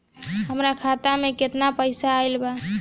हमार खाता मे केतना पईसा आइल बा?